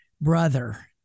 Brother